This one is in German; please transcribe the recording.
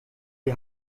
die